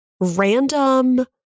random